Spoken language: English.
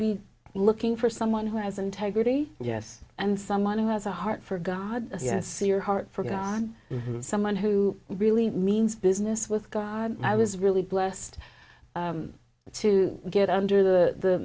be looking for someone who has integrity yes and someone who has a heart for god see your heart for god and someone who really means business with god i was really blessed to get under the